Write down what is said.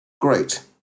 great